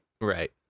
Right